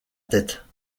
tête